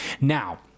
Now